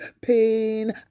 pain